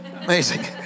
Amazing